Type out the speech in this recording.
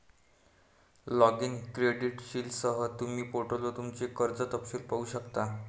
login क्रेडेंशियलसह, तुम्ही पोर्टलवर तुमचे कर्ज तपशील पाहू शकता